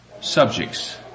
subjects